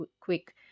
quick